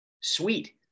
Sweet